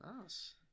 Nice